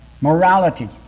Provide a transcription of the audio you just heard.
morality